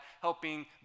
helping